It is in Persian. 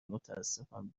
متاسفم